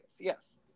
yes